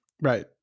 Right